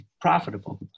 profitable